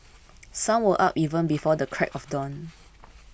some were up even before the crack of dawn